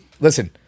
listen